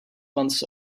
months